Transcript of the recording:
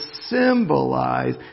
symbolize